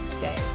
day